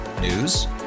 News